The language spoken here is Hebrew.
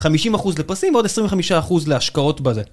50% לפרסים ועוד 25% להשקעות בזה.